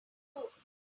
roof